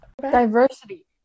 diversity